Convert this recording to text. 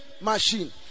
machine